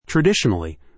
Traditionally